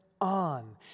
on